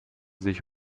sich